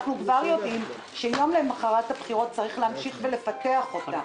אנחנו כבר יודעים שיום למחרת הבחירות צריך להמשיך ולפתח אותה.